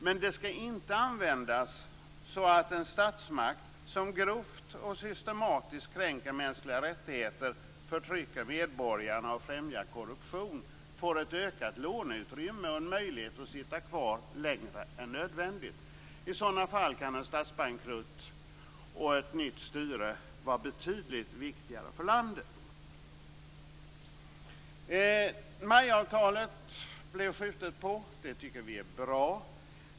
Men det skall inte användas så att en statsmakt, som grovt och systematiskt kränker mänskliga rättigheter, förtrycker medborgarna och främjar korruption, får ett ökat låneutrymme och en möjlighet att sitta kvar längre än nödvändigt. I sådana fall kan en statsbankrutt och ett nytt styre vara betydligt viktigare för landet. MAI-avtalet sköt man på. Det tycker vi är bra.